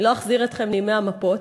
אני לא אחזיר אתכם לימי המפות,